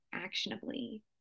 actionably